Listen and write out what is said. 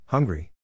Hungry